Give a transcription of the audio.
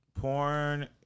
Porn